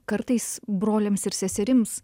kartais broliams ir seserims